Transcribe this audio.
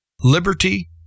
liberty